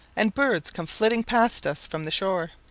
and birds come flitting past us from the shore.